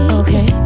okay